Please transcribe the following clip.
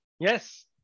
yes